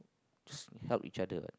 just helps each other [what]